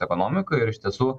ekonomikoj ir iš tiesų